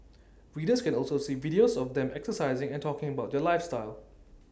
readers can also see videos of the them exercising and talking about their lifestyle